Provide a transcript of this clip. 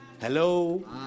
Hello